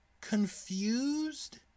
confused